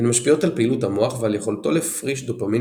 הן משפיעות על פעילות המוח ועל יכולתו להפריש דופמין